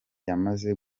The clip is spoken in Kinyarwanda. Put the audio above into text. yamaze